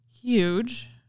huge